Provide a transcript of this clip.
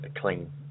clean